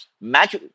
match